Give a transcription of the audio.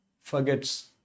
forgets